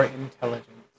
intelligence